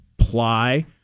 apply